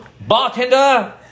bartender